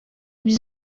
byiza